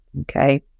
okay